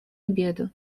обеду